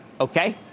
okay